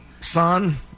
son